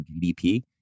GDP